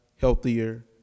healthier